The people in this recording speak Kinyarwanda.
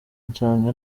nsanga